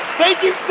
thank you